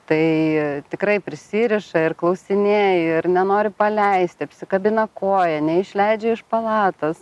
tai tikrai prisiriša ir klausinėja ir nenori paleisti kabina koją neišleidžia iš palatos